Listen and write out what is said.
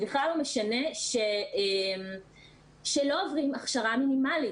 וזה בכלל לא משנה שלא עוברים הכשרה מינימלית.